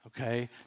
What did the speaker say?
Okay